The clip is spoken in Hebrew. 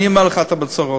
אני אומר לך, אתה בצרות,